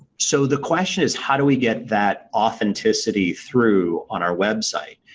so, the question is how do we get that authenticity through on our website?